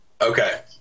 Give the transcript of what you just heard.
Okay